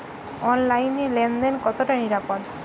অনলাইনে লেন দেন কতটা নিরাপদ?